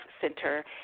center